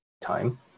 time